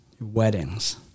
weddings